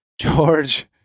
George